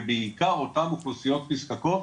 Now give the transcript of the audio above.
ובעיקר אותם אוכלוסיות נזקקות,